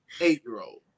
eight-year-old